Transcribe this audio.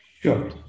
Sure